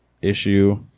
issue